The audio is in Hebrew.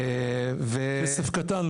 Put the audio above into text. כסף קטן,